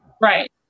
Right